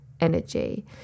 energy